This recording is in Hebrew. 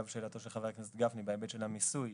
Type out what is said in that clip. בהיבט של המיסוי,